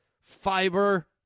fiber